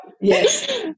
Yes